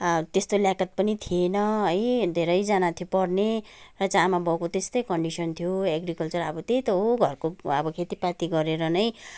त्यस्तो ल्यागत पनि थिएन है धेरैजना थियो पढ्ने र चाहिँ आमाबाउको त्यस्तै कन्डिसन थियो एग्रिकल्चर अब त्यही त हो घरको अब खेतीपाती गरेर नै